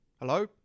Hello